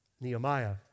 Nehemiah